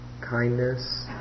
kindness